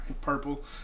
purple